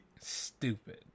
stupid